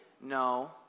No